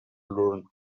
learn